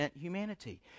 humanity